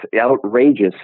outrageous